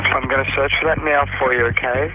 i'm going to search for that now for you kind of